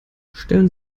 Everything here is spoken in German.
stellen